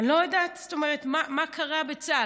אני לא יודעת, זאת אומרת, מה קרה בצה"ל.